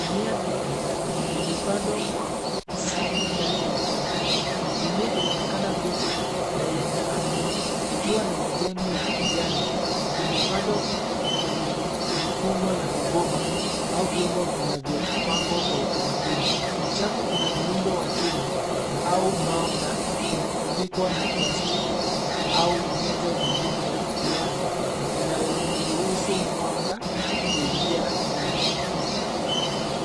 Mimea mingi, imepandwa kwa, safu ndani ya chafu, mimea inaonekana bichi, na yenye afya, ikiwa na majani ya kijani, imepandwa, kwenye, mifumo ya mabomba, au vyombo vinavyo, pangwa kwa utaratibu, chafu ina muundo wa chuma, au mbao na, imefunikwa na plastiki, au nyezo nyingine ya uwazi, inayoruhusu mwanga, kuingia ndani.